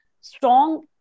strong